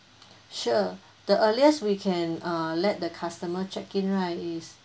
sure the earliest we can uh let the customer check in right is